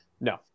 No